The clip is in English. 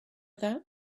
that